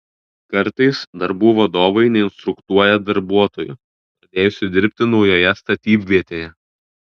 kartais darbų vadovai neinstruktuoja darbuotojų pradėjusių dirbti naujoje statybvietėje